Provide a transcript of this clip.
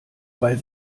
weil